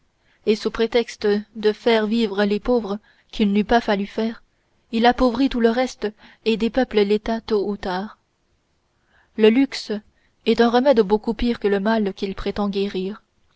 et sous prétexte de faire vivre les pauvres qu'il n'eût pas fallu faire il appauvrit tout le reste et dépeuple l'état tôt ou tard le luxe est un remède beaucoup pire que le mal qu'il prétend guérir